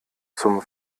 zum